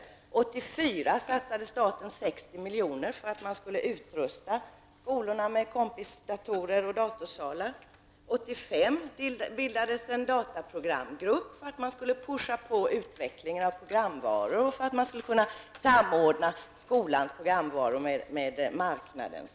1984 satsade staten 60 miljoner för att skolorna skulle utrustas med Kompisdatorer och datorsalar. 1985 bildades en dataprogramgrupp för att man skulle skjuta på utvecklingen av programvaror och för att man skulle kunna samordna skolans programvaror med marknadens.